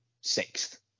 sixth